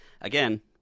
again